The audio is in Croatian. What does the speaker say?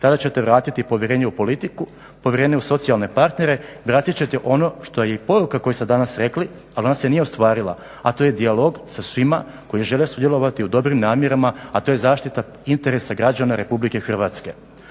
Tada ćete vratiti povjerenje u politiku, povjerenje u socijalne partere, vratiti ćete ono što je i poruka koju ste danas rekli ali ona se nije ostvarila a to je dijalog sa svima koji žele sudjelovati u dobrim namjerama a to je zaštita interesa građana RH. Ovo što se